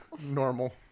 normal